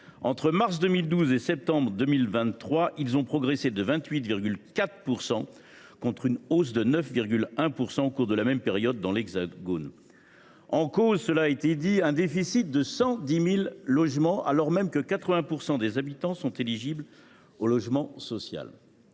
entre mars 2012 et septembre 2023, ils ont progressé de 28,4 %, contre une hausse de 9,1 % au cours de la même période dans l’Hexagone. Ce phénomène s’explique par un déficit de 110 000 logements, alors même que 80 % des habitants sont éligibles au logement social.